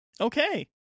Okay